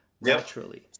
naturally